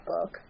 book